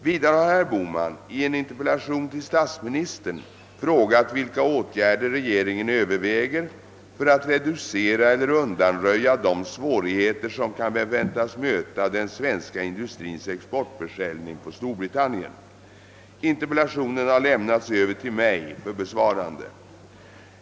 Vidare har herr Bohman i en inter Pellation till statsministern frågat vilka åtgärder regeringen överväger för att reducera eller undanröja de svårigheter, som kan förväntas möta den svenska industrins exportförsäljning på Storbritannien. Interpellationen har lämnats över till mig för besvarande.